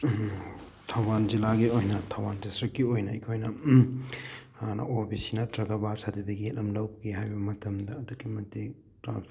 ꯊꯧꯕꯥꯜ ꯖꯤꯂꯥꯒꯤ ꯑꯣꯏꯅ ꯊꯧꯕꯥꯜ ꯗꯤꯁꯇ꯭ꯔꯤꯛꯀꯤ ꯑꯣꯏꯅ ꯑꯩꯈꯣꯏꯅ ꯍꯥꯟꯅ ꯑꯣ ꯕꯤ ꯁꯤ ꯅꯠꯇ꯭ꯔꯒ ꯕꯥꯔꯊ ꯁꯥꯔꯇꯤꯐꯤꯀꯦꯠ ꯑꯃ ꯂꯧꯒꯦ ꯍꯥꯏꯕ ꯃꯇꯝꯗ ꯑꯗꯨꯛꯀꯤ ꯃꯇꯤꯛ ꯇ꯭ꯔꯥꯟꯁꯄꯣꯔꯠ